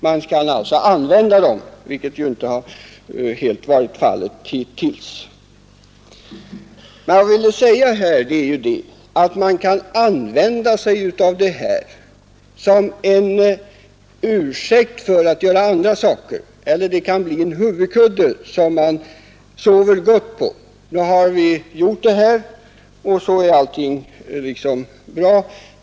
Jag tror att de förslag som nu läggs fram från bl.a. fru Kristenssons sida om hårdare tag kan komma att användas som en huvudkudde, som man sover gott på: Nu har vi föreslagit en ny lagstiftning, och därmed är allt bra!